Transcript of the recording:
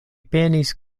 penis